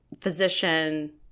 physician